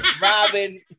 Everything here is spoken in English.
Robin